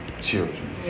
children